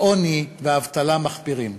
לעוני ולאבטלה מחפירים.